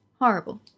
horrible